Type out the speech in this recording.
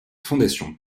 fondations